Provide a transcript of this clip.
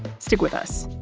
stick with us